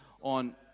on